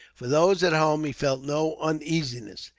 for those at home he felt no uneasiness.